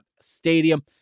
Stadium